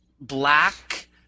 black